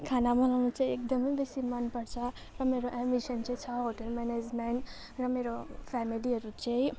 खाना बनाउनु चाहिँ एकदमै बेसी मनपर्छ र मेरो एम्बिसन चाहिँ छ होटल म्यानेजमेन्ट र मेरो फ्यामिलीहरू चाहिँ